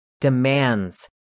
demands